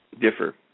differ